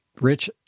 rich